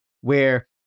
where-